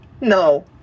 No